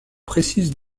précises